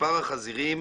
מספר החזירים,